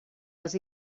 les